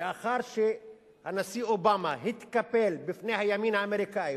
לאחר שהנשיא אובמה התקפל בפני הימין האמריקני,